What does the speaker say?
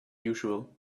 usual